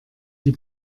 die